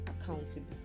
accountable